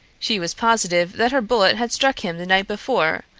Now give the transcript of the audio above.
she was positive that her bullet had struck him the night before,